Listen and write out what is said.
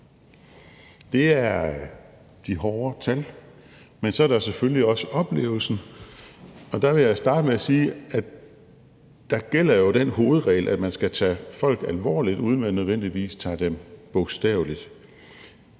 Det er de hårde tal. Men så er der selvfølgelig også oplevelsen. Og der vil jeg starte med at sige, at der jo gælder den hovedregel, at man skal tage folk alvorligt, uden at man nødvendigvis tager dem bogstaveligt.